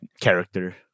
character